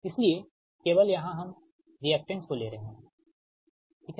इसलिए केवल यहाँ हम रिएक्टेंस को ले रहे है ठीक